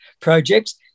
projects